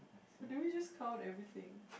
so do we just count everything